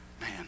man